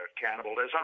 cannibalism